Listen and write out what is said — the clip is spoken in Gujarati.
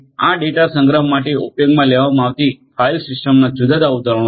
આ ડેટા સંગ્રહ માટે ઉપયોગમાં લેવામાં આવતી ફાઇલ સિસ્ટમોના જુદા જુદા ઉદાહરણો છે